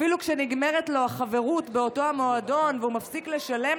אפילו אחרי שנגמרת לו החברות באותו המועדון והוא מפסיק לשלם,